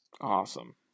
Awesome